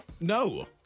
No